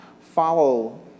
follow